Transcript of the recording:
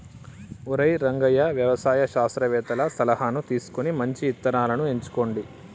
ఒరై రంగయ్య వ్యవసాయ శాస్త్రవేతల సలహాను తీసుకొని మంచి ఇత్తనాలను ఎంచుకోండి